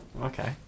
Okay